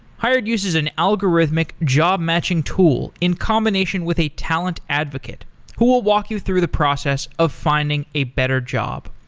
hired uses an algorithmic job-matching tool in combination with a talent advocate who will walk you through the process of finding a better job.